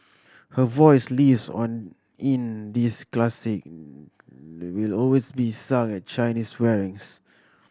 her voice lives on in this classic they will always be sung at Chinese weddings